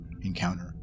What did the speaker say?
encounter